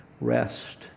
rest